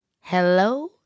Hello